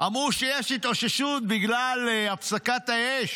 אמרו שיש התאוששות בגלל הפסקת האש